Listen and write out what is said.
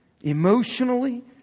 Emotionally